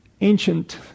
ancient